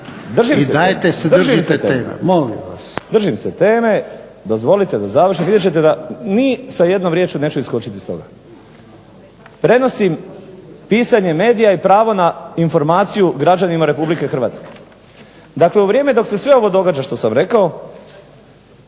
I dajte se držite teme. Molim vas. **Burić, Dinko (HDSSB)** Držim se teme, dozvolite da završim, vidjet ćete da ni sa jednom riječju neću iskočiti iz toga. Prenosim pisanje medija i pravo na informaciju građanima Republike Hrvatske. Dakle u vrijeme dok se sve ovo događa što sam rekao,